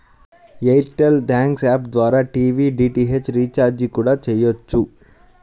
air tell thanks app ద్వారా TV DTH recharge కూడా చెయ్యొచ్చు